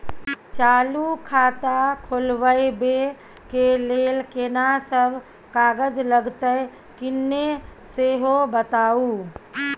चालू खाता खोलवैबे के लेल केना सब कागज लगतै किन्ने सेहो बताऊ?